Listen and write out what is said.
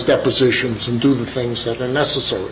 depositions and do the things that are necessar